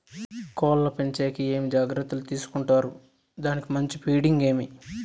కోళ్ల పెంచేకి ఏమేమి జాగ్రత్తలు తీసుకొంటారు? దానికి మంచి ఫీడింగ్ ఏమి?